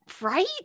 right